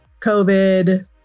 COVID